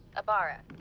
abara,